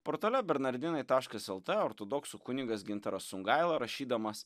portale bernardinai taškas el t ortodoksų kunigas gintaras songaila rašydamas